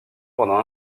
pendant